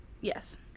Yes